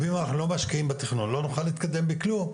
ואם אנחנו לא משקעים בתכנון אנחנו לא נוכל להתקדם בכלום,